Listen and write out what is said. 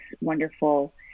wonderful